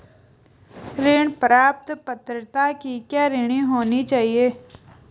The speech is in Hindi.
ऋण प्राप्त पात्रता की क्या श्रेणी होनी चाहिए?